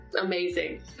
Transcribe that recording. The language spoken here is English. amazing